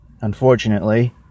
Unfortunately